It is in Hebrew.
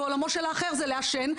ועולמו של האחר זה לעשן,